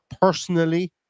Personally